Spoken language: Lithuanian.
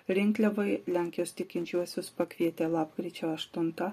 rinkliavai lenkijos tikinčiuosius pakvietė lapkričio aštuntą